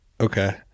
Okay